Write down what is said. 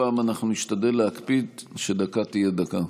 הפעם אנחנו נשתדל להקפיד שדקה תהיה דקה.